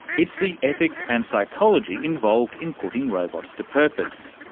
it's the ethics and psychology involved in putting robots to purpose.